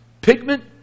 Pigment